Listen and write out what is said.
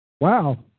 Wow